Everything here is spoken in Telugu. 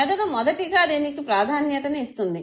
మెదడు మొదటిగా దీనికి ప్రాధాన్యతని ఇస్తుంది